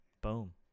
Boom